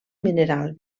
mineral